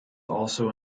also